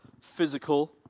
physical